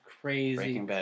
crazy